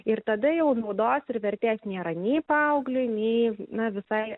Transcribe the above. ir tada jau naudos ir vertės nėra nei paaugliui nei na visai